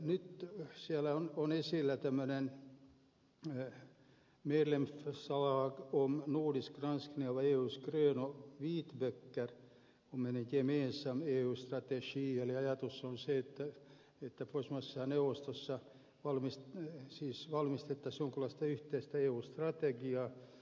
nyt siellä on esillä tämmöinen medlemsförslag om nordisk granskning av eus grön och vitböcker om en gemensam eu strategi eli ajatus on se että pohjoismaiden neuvostossa valmistettaisiin jonkinlaista yhteistä eu strategiaa